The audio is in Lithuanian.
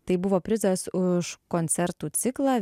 tai buvo prizas už koncertų ciklą